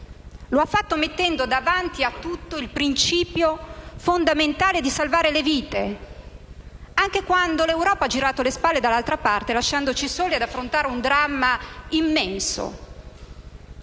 Lo ha fatto mettendo davanti a tutto il principio fondamentale di salvare le vite, anche quando l'Europa ha girato la testa dall'altra parte, lasciandoci soli ad affrontare un dramma immenso.